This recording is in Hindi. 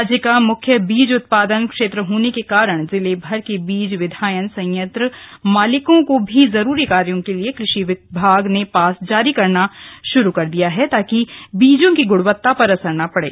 राज्य का मुख्य बीज उत्पादन क्षेत्र होने के कारण जिलेभर के बीज विधायन संयंत्र मालिकों को भी जरूरी कार्यों के लिए कृषि विभाग ने पास जारी करना शुरू कर दिया है ताकि बीजों की गुणवत्ता पर असर न पड़े